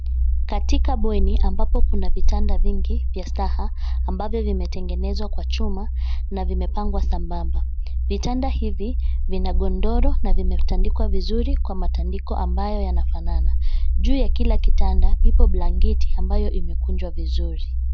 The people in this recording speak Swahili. Katika bweni ambapo kuna vitanda vingi vya staha ambavyo vimetengenezwa kwa chuma na vimepangwa sambamba. Vitanda hivi vina godoro na vimetandikwa vizuri kwa matandiko ambayo yanafanana. Juu ya kila kitanda ipo blanketi ambayo imekunjwa vizuri.